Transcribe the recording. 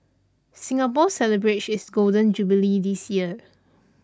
Singapore celebrates its Golden Jubilee this year